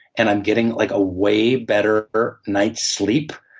and i'm getting like a way better night's sleep,